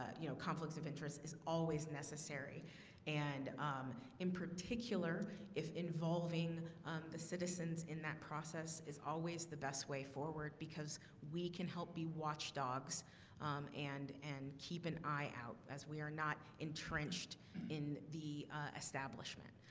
you know conflicts of interest is always necessary and um in particular if involving the citizens in that process is always the best way forward because we can help be watchdogs and and keep an eye out as we are not entrenched in the establishment,